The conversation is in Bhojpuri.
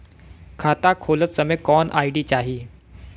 खाता खोलत समय कौन आई.डी चाही?